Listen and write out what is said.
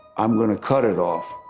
i'm going to cut it off.